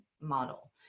model